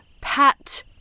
Pat